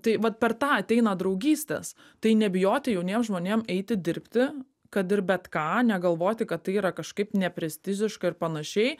tai vat per tą ateina draugystės tai nebijoti jauniem žmonėm eiti dirbti kad ir bet ką negalvoti kad tai yra kažkaip neprestižiška ir panašiai